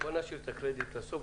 בוא נשאיר את הקרדיט לסוף.